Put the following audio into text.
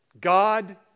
God